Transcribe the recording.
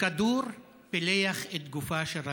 וכדור פילח את גופה של רזאן.